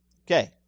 Okay